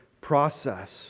process